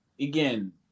again